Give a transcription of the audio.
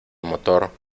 motor